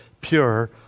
pure